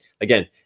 again